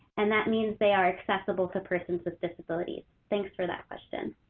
and that means they are accessible to persons with disabilities. thanks for that question.